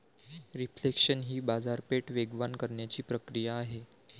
reflation ही बाजारपेठ वेगवान करण्याची प्रक्रिया आहे